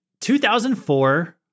2004